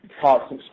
parts